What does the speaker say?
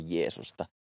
Jeesusta